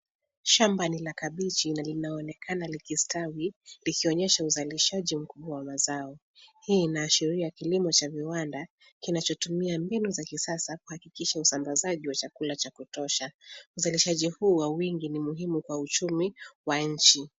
Shamba ni la kabichi na linaonekana likistawi likionyesha uzalishaji mkubwa wa mazao. Hii inaashiria kilimo cha viwanda kinachotumia mbinu za kisasa kuhakikisha usambazaji wa chakula cha kutosha. Uzalishaji huu wa wingi ni muhimu kwa uchumi wa nchi.